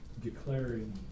declaring